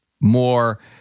more